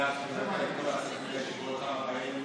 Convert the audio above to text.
אמר בישיבת סיעה אצלו,